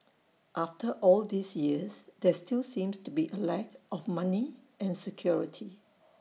after all these years there still seems to be A lack of money and security